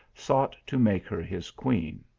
sought to make her his queen.